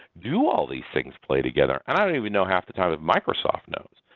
do all these things play together? i don't even know half the time that microsoft knows.